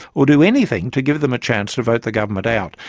or do anything to give them a chance to vote the government out.